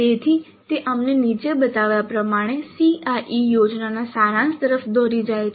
તેથી તે અમને નીચે બતાવ્યા પ્રમાણે CIE યોજનાના સારાંશ તરફ દોરી જાય છે